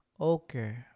okay